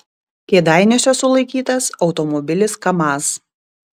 kėdainiuose sulaikytas automobilis kamaz